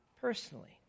personally